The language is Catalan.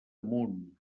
munt